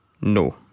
No